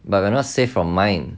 but we are not safe from mine